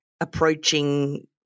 approaching